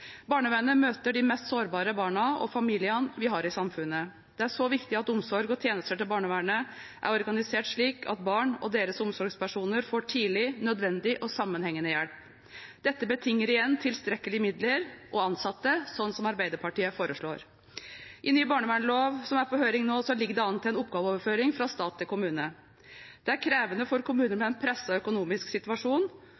Barnevernet møter de mest sårbare barna og familiene vi har i samfunnet. Det er så viktig at omsorg og tjenester i barnevernet er organisert slik at barn og deres omsorgspersoner får tidlig, nødvendig og sammenhengende hjelp. Dette betinger igjen tilstrekkelig med midler og ansatte, slik som Arbeiderpartiet foreslår. I ny barnevernslov, som er på høring nå, ligger det an til en oppgaveoverføring fra stat til kommune. Det er krevende for